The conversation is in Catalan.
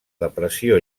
depressió